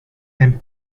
and